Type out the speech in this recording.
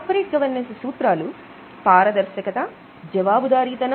corporate governance సూత్రాలు పారదర్శకత